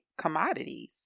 commodities